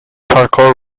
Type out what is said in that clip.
parkour